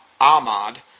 Ahmad